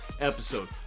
episode